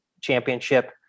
championship